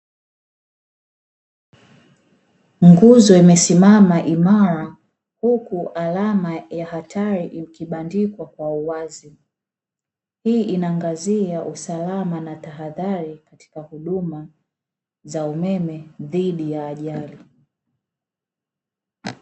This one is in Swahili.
Nguzo imesimama imara huku alama ya hatari ikibandikwa kwa uwazi. Hii inaangazia usalama na tahadhari katika huduma za umeme dhidi ya ajali.